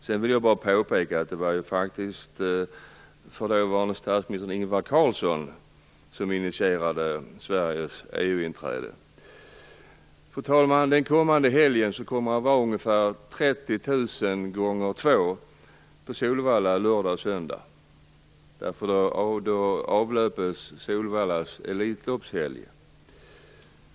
Sedan vill jag bara påpeka att det var den dåvarande statsministern Ingvar Carlsson som initierade Fru talman! Den kommande helgen kommer det att vara ungefär 30 000 gånger två på Solvalla lördag och söndag, eftersom det är Solvallas elitloppshelg.